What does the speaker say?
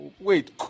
wait